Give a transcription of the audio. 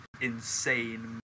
insane